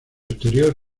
exterior